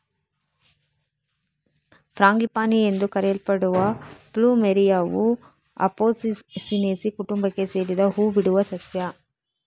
frangipani ಎಂದು ಕರೆಯಲ್ಪಡುವ ಪ್ಲುಮೆರಿಯಾವು ಅಪೊಸಿನೇಸಿ ಕುಟುಂಬಕ್ಕೆ ಸೇರಿದ ಹೂ ಬಿಡುವ ಸಸ್ಯ